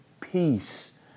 Peace